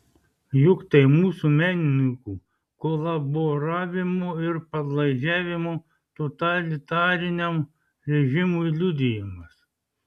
juk tai mūsų menininkų kolaboravimo ir padlaižiavimo totalitariniam režimui liudijimas